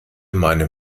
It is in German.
meine